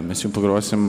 mes jum pagrosim